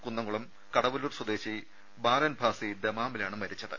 കുന്നംകുളം കടവല്ലൂർ സ്വദേശി ബാലൻ ഭാസി ദമാമിലാണ് മരിച്ചത്